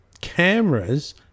cameras